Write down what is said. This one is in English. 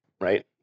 right